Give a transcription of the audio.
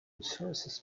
resources